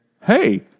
hey